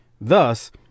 Thus